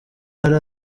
ari